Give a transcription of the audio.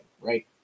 right